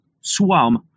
swarm